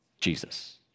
Jesus